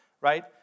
right